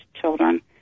children